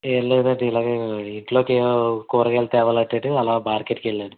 ఏంలేదండి ఇలాగే ఇంట్లోకి కూరగాయలు తేవాలంటేని అలా మార్కెట్కి వెళ్ళాను